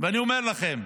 ואני אומר לכם: